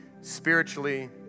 spiritually